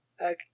Okay